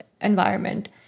environment